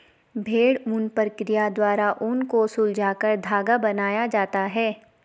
भेड़ ऊन प्रक्रिया द्वारा ऊन को सुलझाकर धागा बनाया जाता है